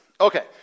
Okay